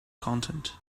content